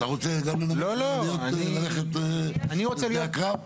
אתה רוצה גם לנמק וללכת לשדה הקרב?